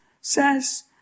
says